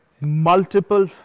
multiple